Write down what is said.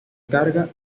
carga